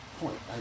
point